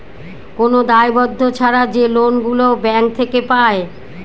কোন দায়বদ্ধ ছাড়া যে লোন গুলো ব্যাঙ্ক থেকে পায়